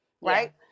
Right